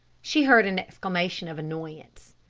she heard an exclamation of annoyance.